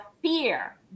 fear